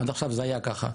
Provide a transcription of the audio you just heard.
עד עכשיו זה היה ככה,